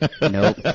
Nope